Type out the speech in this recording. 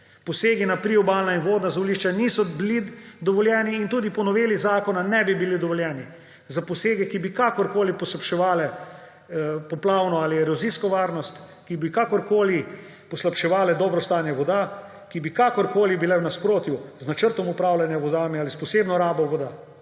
Posegi na priobalna in vodna zemljišča niso bili dovoljeni in tudi po noveli zakona ne bi bili dovoljeni – za posege, ki bi kakorkoli poslabševali poplavno ali erozijsko varnost, ki bi kakorkoli poslabševali dobro stanje voda, ki bi kakorkoli bili v nasprotju z načrtom upravljanja z vodami ali s posebno rabo voda.